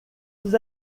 dos